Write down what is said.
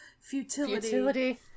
futility